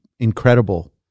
incredible